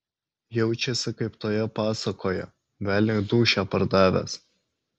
jaučiasi kaip toje pasakoje velniui dūšią pardavęs